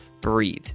breathe